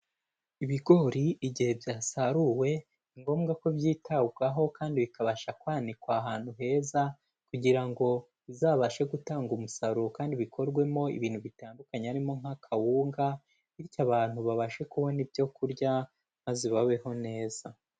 Ibigori igihe byasaruwe, ni ngombwa ko byitabwaho kandi bikabasha kwanikwa ahantu heza, kugira ngo bizabashe gutanga umusaruro kandi bikorwemo ibintu bitandukanye, harimo nk'akawunga, bityo abantu babashe kubona ibyo kurya maze babeho neza.